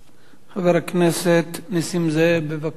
חבר הכנסת נסים זאב, בבקשה.